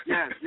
Yes